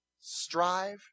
Strive